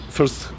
first